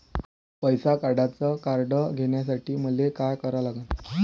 पैसा काढ्याचं कार्ड घेण्यासाठी मले काय करा लागन?